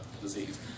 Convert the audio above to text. disease